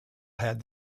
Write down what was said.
had